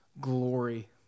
glory